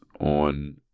on